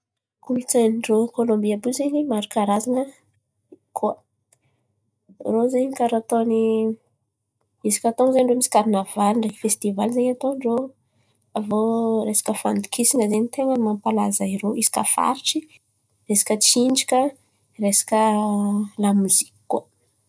Kolontsain̈y ndrô Kôlômby àby io zen̈y maro karazan̈a koa. Irô zen̈y karà fatôny hisaka tôn̈o zen̈y irô misy karinavaly ndreky fesitivaly zen̈y atô ndrô. Avô resaka fandokisan̈a zen̈y ten̈a mampalaza irô hisaka faritry, hisaka tsinjaka, resaka lamoziky koa.